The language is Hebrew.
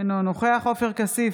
אינו נוכח עופר כסיף,